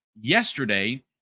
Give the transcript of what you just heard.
yesterday